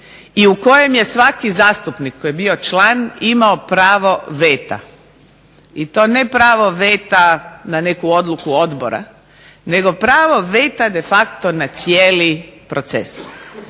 i u kojem je svaki zastupnik koji je bio član imao pravo veta. I to ne pravo veta na neku odluku Odbora nego pravo veta de facto na cijeli proces.